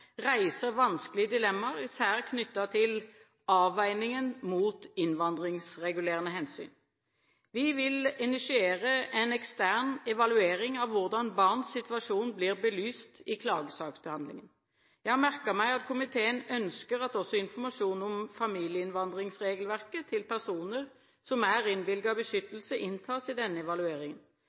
reiser vanskelige dilemmaer, især knyttet til avveiningen mot innvandringsregulerende hensyn. Vi vil initiere en ekstern evaluering av hvordan barns situasjon blir belyst i klagesaksbehandlingen. Jeg har merket meg at komiteen ønsker at også informasjon om familieinnvandringsregelverket til personer som er innvilget beskyttelse, inntas i denne evalueringen.